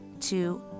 two